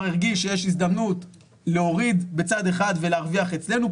הרגיש שיש הזדמנות להוריד בצד אחד ולהרוויח אצלנו,